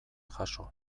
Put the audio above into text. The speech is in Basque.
jaso